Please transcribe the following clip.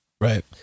Right